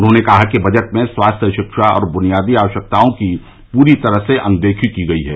उन्होंने कहा कि बजट में स्वास्थ्य शिक्षा और बुनियादी आवश्यकताओं की पूरी तरह से अनदेखी की गई है